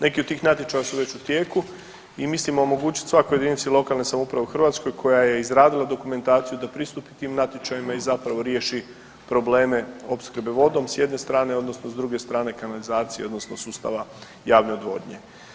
Neki od tih natječaja su već u tijeku i mislimo omogućiti svakoj JLS u Hrvatskoj koja je izradili dokumentaciju da pristupi tim natječajima i zapravo riješi probleme opskrbe vodom s jedne strane odnosno s druge strane kanalizacije odnosno sustava javne odvodnje.